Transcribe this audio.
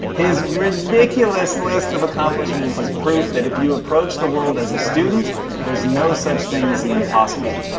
his ridiculous list of accomplishments is proof that if you approach the world as a student there's no such thing as the impossible.